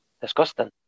disgusting